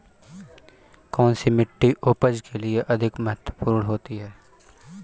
कौन सी मिट्टी उपज के लिए अधिक महत्वपूर्ण है?